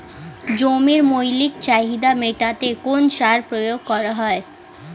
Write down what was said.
জমির মৌলিক চাহিদা মেটাতে কোন সার প্রয়োগ করা হয়?